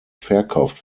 verkauft